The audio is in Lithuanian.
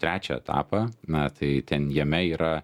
trečią etapą na tai ten jame yra